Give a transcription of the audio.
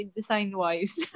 Design-wise